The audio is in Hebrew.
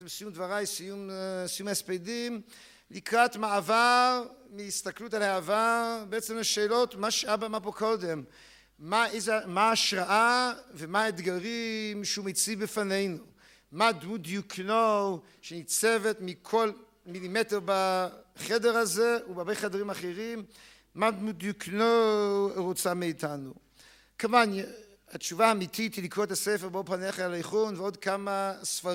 סיום דבריי, סיום ההספדים, לקראת מעבר מהסתכלות על העבר בעצם לשאלות מה שאמר פה קודם, מה ההשראה ומה האתגרים שהוא מציב בפנינו, מה דמות דיוקנו שניצבת מכל מילימטר בחדר הזה ובהרבה חדרים אחרים, מה דמות דיוקנו רוצה מאיתנו? כמובן התשובה האמיתית היא לקרוא את הספר באור פניך יהלכון ועוד כמה ספרים